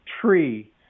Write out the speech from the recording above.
tree